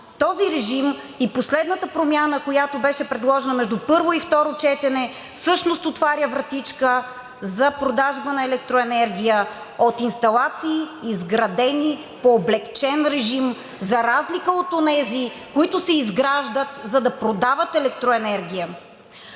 Този режим и последната промяна, която беше предложена между първо и второ четене, всъщност отваря вратичка за продажба на електроенергия от инсталации, изградени по-облекчен режим за разлика от онези, които се изграждат, за да продават електроенергия.